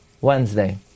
Wednesday